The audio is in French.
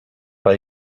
pas